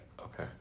Okay